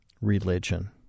religion